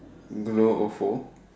glow ofo